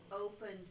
opened